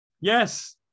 Yes